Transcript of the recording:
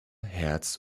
herz